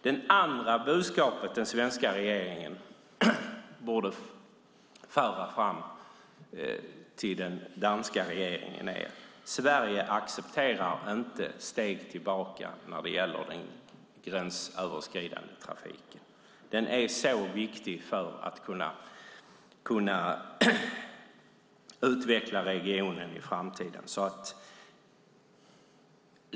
Det andra budskapet som den svenska regeringen borde föra fram till den danska regeringen är att Sverige inte accepterar steg tillbaka när det gäller den gränsöverskridande trafiken. Den är så viktig för att regionen ska kunna utvecklas i framtiden.